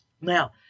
Now